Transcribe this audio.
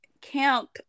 Camp